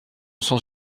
sans